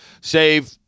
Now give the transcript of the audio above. save